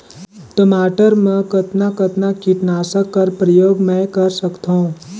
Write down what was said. टमाटर म कतना कतना कीटनाशक कर प्रयोग मै कर सकथव?